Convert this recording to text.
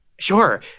Sure